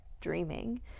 dreaming